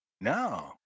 No